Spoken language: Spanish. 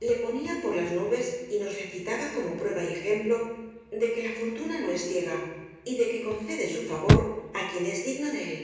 le ponía por las nubes y nos le citaba como prueba y ejem plo de que la fortuna no es ciega y de que conce de su favor á quien es digno de él